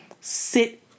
sit